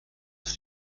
ist